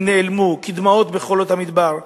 הם נעלמו כדמעות בחולות המדבר.